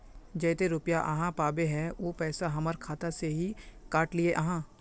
जयते रुपया आहाँ पाबे है उ पैसा हमर खाता से हि काट लिये आहाँ?